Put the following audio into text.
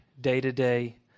day-to-day